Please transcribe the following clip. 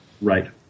Right